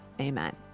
amen